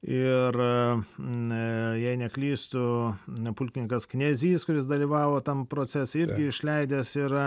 ir e jei neklystu pulkininkas knezys kuris dalyvavo tam procese irgi išleidęs yra